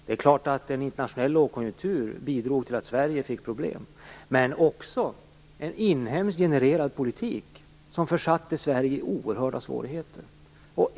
Det är klart att en internationell lågkonjunktur bidrog till att Sverige fick problem, men det var också en inhemskt genererad politik som försatte Sverige i oerhörda svårigheter.